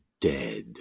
dead